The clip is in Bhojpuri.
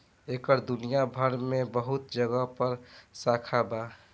एकर दुनिया भर मे बहुत जगह पर शाखा बा